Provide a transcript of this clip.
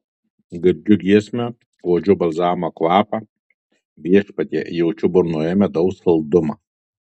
girdžiu giesmę uodžiu balzamo kvapą viešpatie jaučiu burnoje medaus saldumą